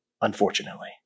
unfortunately